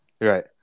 Right